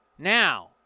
Now